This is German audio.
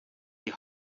die